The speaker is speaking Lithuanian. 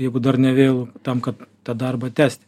jeigu dar nevėlu tam kad tą darbą tęsti